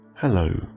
Hello